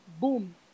boom